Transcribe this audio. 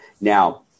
Now